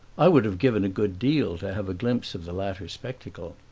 i would have given a good deal to have a glimpse of the latter spectacle.